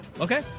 Okay